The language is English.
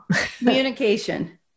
Communication